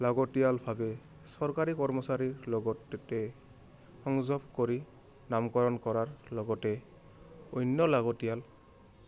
লাগতিয়ালভাৱে চৰকাৰী কৰ্মচাৰীৰ লগত তে সংযোগ কৰি নামকৰণ কৰাৰ লগতে অন্য লাগতিয়াল